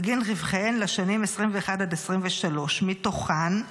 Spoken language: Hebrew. בגין רווחיהן לשנים 2021 2023. מתוכם,